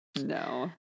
No